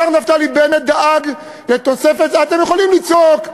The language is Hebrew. השר נפתלי בנט דאג לתוספת, לא צריך